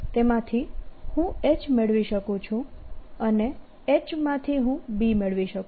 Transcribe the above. તેમાંથી હું H મેળવી શકું છું અને H માંથી હું B મેળવી શકું છું